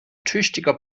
tüchtiger